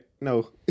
No